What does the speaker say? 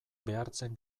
behartzen